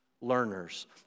learners